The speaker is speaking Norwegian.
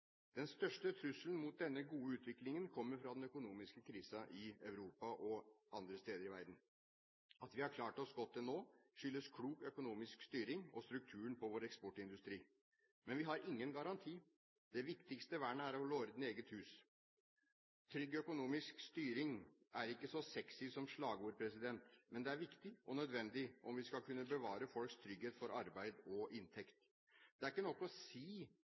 Den største trusselen mot denne gode utviklingen kommer fra den økonomiske krisen i Europa og andre steder i verden. At vi har klart oss godt til nå, skyldes klok økonomisk styring og strukturen på vår eksportindustri. Men vi har ingen garanti. Det viktigste vernet er å holde orden i eget hus. Trygg økonomisk styring er ikke så sexy som slagord, men det er viktig og nødvendig om vi skal kunne bevare folks trygghet for arbeid og inntekt. Det er ikke nok å si